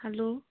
hello